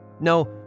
No